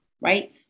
right